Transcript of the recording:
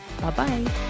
Bye-bye